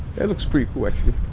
that looks pretty cool actually.